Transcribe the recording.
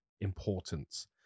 importance